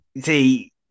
see